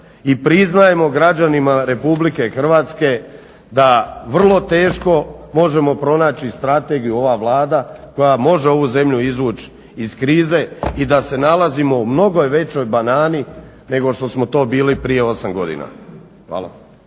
I priznajmo građanima RH da vrlo teško možemo pronaći strategiju i ova Vlada koja može ovu zemlju izvući iz krize i da se nalazimo u mnogo većoj banani nego što smo to bili prije 8 godina. Hvala.